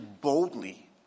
boldly